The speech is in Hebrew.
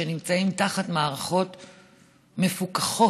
שנמצאים תחת מערכות "מפוקחות"